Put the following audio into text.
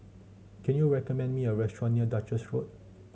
can you recommend me a restaurant near Duchess Road